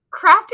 crafted